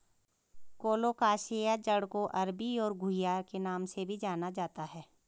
colocasia जड़ को अरबी और घुइआ के नाम से भी जाना जाता है